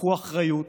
תיקחו אחריות,